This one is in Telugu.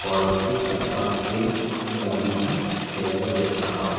స్కాలర్షిప్ దరఖాస్తుల జాబితా తయారుచేస్తావా